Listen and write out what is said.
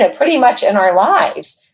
ah pretty much in our lives,